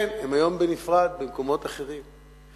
כן, הם היום בנפרד במקומות אחרים.